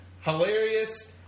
Hilarious